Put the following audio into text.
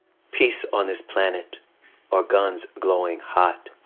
peace on this planet or guns glowing hot,